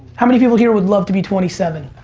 how many people here would love to be twenty seven?